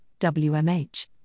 WMH